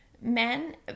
men